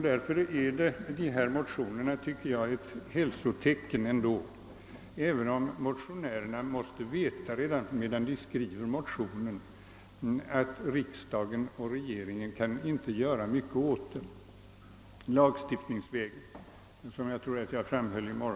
Därför tycker jag att motionerna i alla fall är ett hälsotecken, låt vara att motionärerna redan under arbetet med motionerna måste veta att riksdagen och regeringen inte kan göra mycket åt detta lagstiftningsvägen, såsom jag tror att jag framhöll i går.